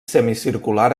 semicircular